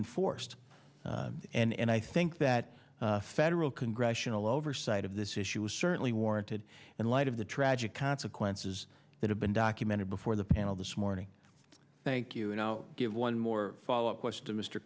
enforced and i think that federal congressional oversight of this issue is certainly warranted in light of the tragic consequences that have been documented before the panel this morning thank you and i'll give one more follow up question to mr